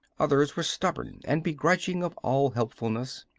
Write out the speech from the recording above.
others were stubborn and begrudging of all helpfulness.